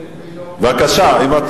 אוקיי.